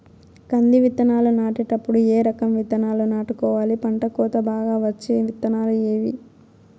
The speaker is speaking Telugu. కంది విత్తనాలు నాటేటప్పుడు ఏ రకం విత్తనాలు నాటుకోవాలి, పంట కోత బాగా వచ్చే విత్తనాలు ఏవీ?